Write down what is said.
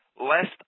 lest